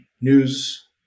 news